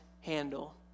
handle